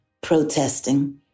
protesting